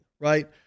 right